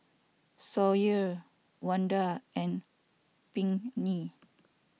Sawyer Wanda and Pinkney